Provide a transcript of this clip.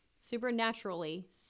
supernaturally